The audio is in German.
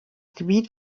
gebiet